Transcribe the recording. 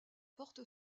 porte